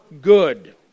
good